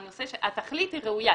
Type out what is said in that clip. התכלית היא ראויה.